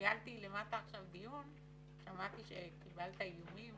ניהלתי למטה עכשיו דיון, שמעתי שקיבלת איומים